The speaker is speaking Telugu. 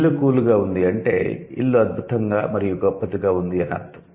ఇల్లు 'కూల్ ' గా ఉంది అంటే ఇల్లు అద్భుతoగా మరియు గొప్పదిగా ఉంది అని అర్ధం